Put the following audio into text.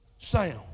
Sound